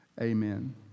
Amen